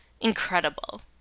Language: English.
incredible